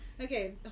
Okay